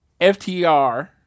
FTR